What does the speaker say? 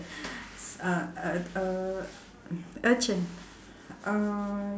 s~ uh uh uh uh